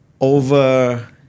over